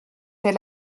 elle